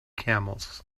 camels